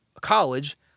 college